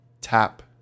tap